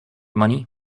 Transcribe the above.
money